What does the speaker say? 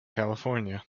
california